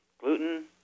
gluten